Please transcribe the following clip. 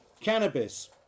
cannabis